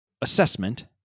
assessment